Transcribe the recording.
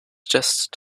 just